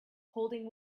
holding